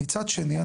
ומצד שני,